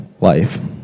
life